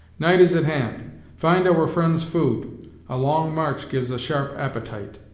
night is at hand find our friends food a long march gives a sharp appetite.